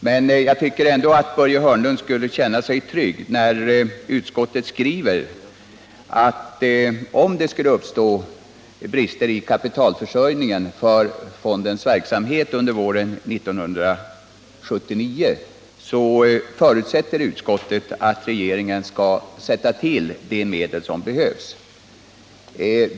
Men jag tycker ändå att Börje Hörnlund skulle kunna känna sig trygg, när utskottet skriver, att om det skulle uppstå brister i kapitalförsörjningen för fondens verksamhet under våren 1979, förutsätter utskottet att regeringen skall tillskjuta de medel som behövs.